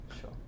Sure